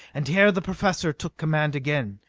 and here the professor took command again.